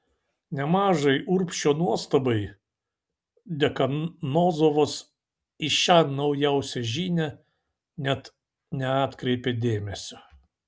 nemažai urbšio nuostabai dekanozovas į šią naujausią žinią net neatkreipė dėmesio